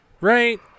Right